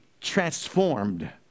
transformed